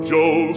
Joe